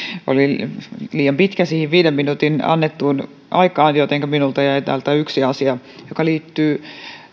oli liian pitkä siihen viiden minuutin annettuun aikaan jotenka minulta jäi täältä yksi asia joka liittyy